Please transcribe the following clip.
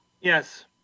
Yes